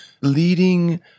leading